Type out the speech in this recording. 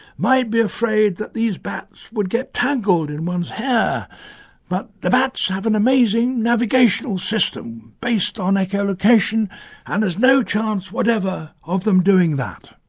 might be afraid that these bats would get tangled in one's hair but the bats have an amazing navigational system based on echolocation and there's no chace whatever of them doing that.